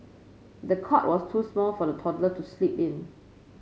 the cot was too small for the toddler to sleep in